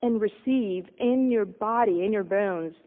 and receive, in your body, in your bones,